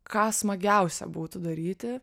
ką smagiausia būtų daryti